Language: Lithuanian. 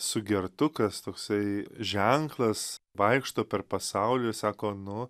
sugertukas toksai ženklas vaikšto per pasaulį sako nu